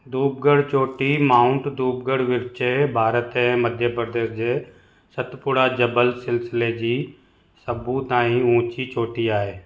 धूपगढ़ चोटी माउंट धूपगढ़ विचें भारत ऐं मध्य प्रदेश जे सतपुड़ा जबल सिलसिले जी सभु ताईं ऊंची चोटी आहे